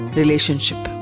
relationship